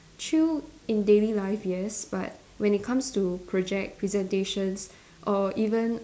chill in daily life yes but when it comes to project presentations or even